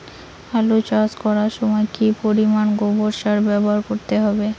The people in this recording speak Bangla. আলু চাষ করার সময় কি পরিমাণ গোবর সার ব্যবহার করতে হবে?